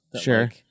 Sure